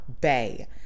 Bay